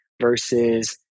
Versus